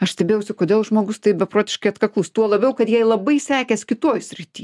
aš stebėjausi kodėl žmogus taip beprotiškai atkaklus tuo labiau kad jai labai sekės kitoj srity